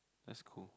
that's cold